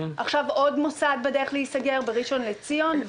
עכשיו עוד מוסד בדרך להיסגר בראשון לציון.